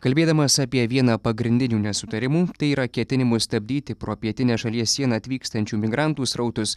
kalbėdamas apie vieną pagrindinių nesutarimų tai yra ketinimus stabdyti pro pietinę šalies sieną atvykstančių migrantų srautus